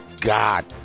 God